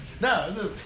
no